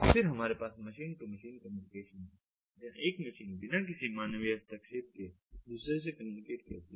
फिर हमारे पास मशीन टू मशीन कम्युनिकेशन है जहां एक मशीन बिना किसी मानवीय हस्तक्षेप के दूसरे से कम्युनिकेट करती है